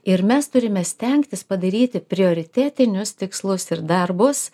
ir mes turime stengtis padaryti prioritetinius tikslus ir darbus